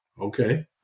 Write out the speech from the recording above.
Okay